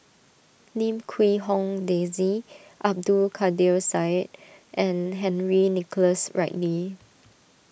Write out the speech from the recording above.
Lim Quee Hong Daisy Abdul Kadir Syed and Henry Nicholas Ridley